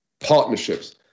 partnerships